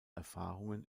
erfahrungen